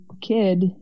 kid